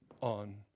on